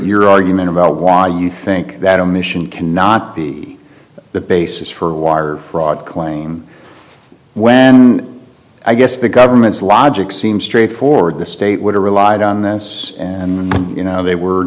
your argument about why you think that omission cannot be the basis for war or fraud claim well i guess the government's logic seems straightforward the state would have relied on this you know they were